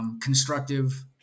constructive